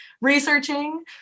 researching